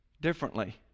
differently